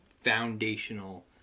foundational